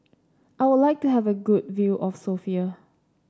I would like to have a good view of Sofia